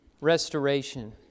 restoration